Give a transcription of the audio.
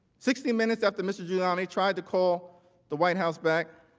sixty minutes after mr. giuliani tried to call the white house back,